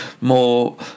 more